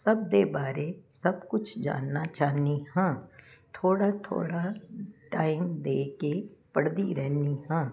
ਸਭ ਦੇ ਬਾਰੇ ਸਭ ਕੁਝ ਜਾਣਨਾ ਚਾਹੁੰਦੀ ਹਾਂ ਥੋੜੇ ਥੋੜਾ ਟਾਈਮ ਦੇ ਕੇ ਪੜਦੀ ਰਹਿੰਦੀ ਹਾਂ